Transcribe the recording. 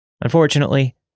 Unfortunately